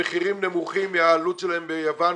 במחירים נמוכים מהעלות שלו ביוון,